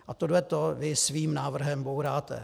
A tohle to vy svým návrhem bouráte.